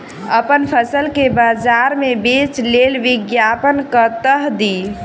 अप्पन फसल केँ बजार मे बेच लेल विज्ञापन कतह दी?